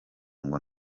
ngo